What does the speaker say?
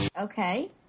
Okay